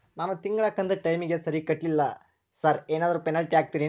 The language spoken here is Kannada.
ನಾನು ತಿಂಗ್ಳ ಕಂತ್ ಟೈಮಿಗ್ ಸರಿಗೆ ಕಟ್ಟಿಲ್ರಿ ಸಾರ್ ಏನಾದ್ರು ಪೆನಾಲ್ಟಿ ಹಾಕ್ತಿರೆನ್ರಿ?